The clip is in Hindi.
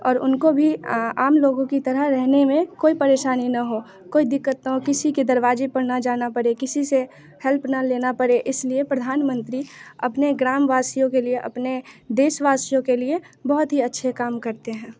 और उनको भी आम लोगों की तरह रहने में कोई परेशानी ना हो कोई दिक्कत ना हो किसी के दरवाज़े पर ना जाना पड़े किसी से हेल्प ना लेना पड़े इस लिए प्रधान मंत्री अपने ग्रामवासियों के लिए अपने देशवासियों के लिए बहुत ही अच्छे काम करते हैं